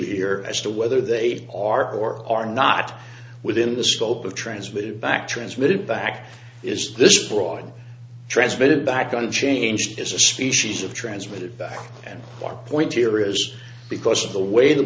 here as to whether they are or are not within the scope of transmitted back transmitted back is this broad transmitted back on changed as a species of transmitted back and what point here is because of the way the